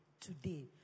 today